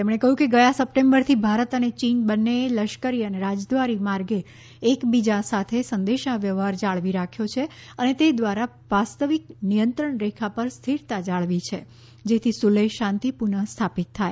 તેમણે કહ્યું કે ગયા સપ્ટેમ્બરથી ભારત અને ચીન બંનેએ લશ્કરી અને રાજદ્વારી માર્ગે એક બીજા સાથે સંદેશાવ્યવહાર જાળવી રાખ્યો છે અને તે દ્વારા વાસ્તવિક નિયંત્રણ રેખા પર સ્થિરતા જાળવી છે જેથી સુલેહ શાંતિ પુનઃ સ્થાપિત થાય